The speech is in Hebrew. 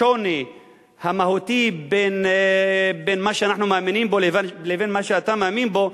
השוני המהותי בין מה שאנחנו מאמינים בו לבין מה שאתה מאמין בו,